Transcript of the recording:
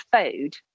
food